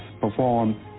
perform